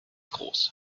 groß